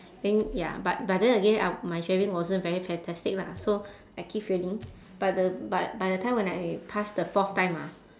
then ya but but then again I my driving wasn't very fantastic lah so I keep failing but the but by the time when I pass the fourth time ah